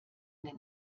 den